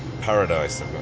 paradise